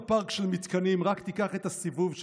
לונה פארק של מתקנים, רק תיקח את הסיבוב שתרצה.